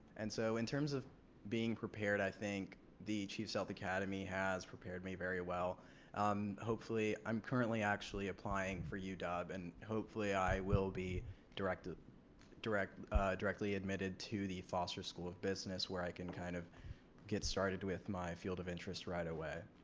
and so in terms of being prepared i think the chief sealth academy has prepared me very well um hopefully. i'm currently actually applying for uw and hopefully i will be direct to direct directly admitted to the foster school of business where i can kind of get started with my field of interest right away.